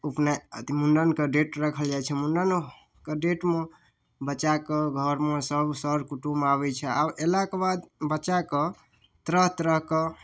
मुण्डन के डेट राखल जाइ छै मुण्डनोके डेटमे बच्चाके घरमे सब कर कुटुम्ब आबै छै आब अयलाके बाद बच्चाके तरह तरहके